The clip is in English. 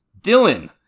Dylan